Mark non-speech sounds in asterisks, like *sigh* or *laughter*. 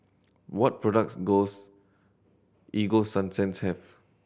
what products *unintelligible* Ego Sunsense have